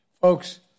Folks